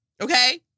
Okay